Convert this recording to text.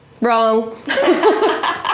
Wrong